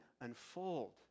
unfold